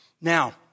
Now